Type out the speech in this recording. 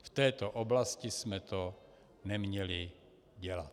V této oblasti jsme to neměli dělat.